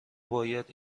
باید